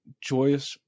joyous